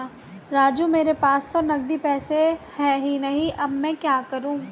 राजू मेरे पास तो नगदी पैसे है ही नहीं अब मैं क्या करूं